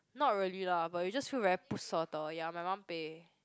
not really lah but you just feel very 不舍得 ya my mum pay